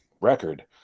record